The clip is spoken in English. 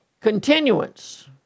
continuance